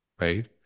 right